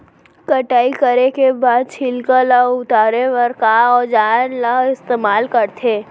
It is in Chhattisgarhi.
कटाई करे के बाद छिलका ल उतारे बर का औजार ल इस्तेमाल करथे?